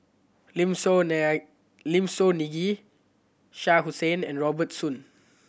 Lim Soo Lim Soo Ngee Shah Hussain and Robert Soon